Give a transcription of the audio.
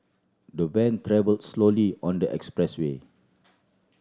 the van travelled slowly on the expressway